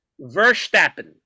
Verstappen